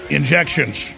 injections